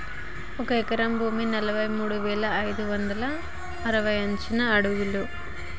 ఒక ఎకరం భూమి నలభై మూడు వేల ఐదు వందల అరవై చదరపు అడుగులు